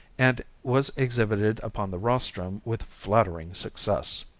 and was exhibited upon the rostrum with flattering success.